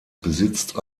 besitzt